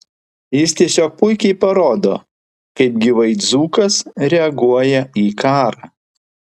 jis tiesiog puikiai parodo kaip gyvai dzūkas reaguoja į karą